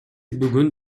бүгүн